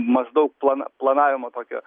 maždaug plana planavimo tokio